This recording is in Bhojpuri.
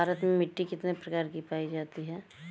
भारत में मिट्टी कितने प्रकार की पाई जाती हैं?